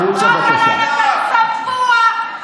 החוצה, בבקשה.